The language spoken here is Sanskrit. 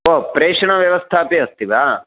ओ प्रेषणव्यवस्था अपि अस्ति वा